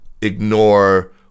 ignore